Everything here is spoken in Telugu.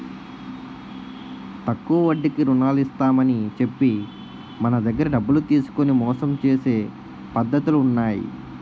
తక్కువ వడ్డీకి రుణాలు ఇస్తామని చెప్పి మన దగ్గర డబ్బులు తీసుకొని మోసం చేసే పద్ధతులు ఉన్నాయి